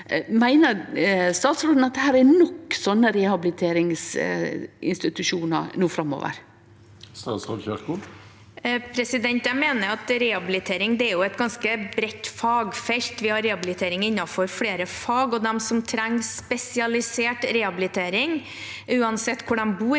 Meiner statsråden at det er nok slike rehabiliteringsinstitusjonar no framover? Statsråd Ingvild Kjerkol Jeg mener at rehabilitering er et ganske bredt fagfelt. Vi har rehabilitering innenfor flere fag, og de som trenger spesialisert rehabilitering – uansett hvor de bor